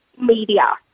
media